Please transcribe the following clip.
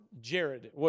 Jared